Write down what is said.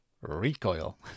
recoil